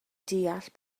deall